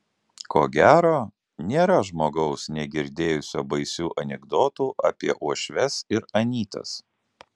ko gero nėra žmogaus negirdėjusio baisių anekdotų apie uošves ir anytas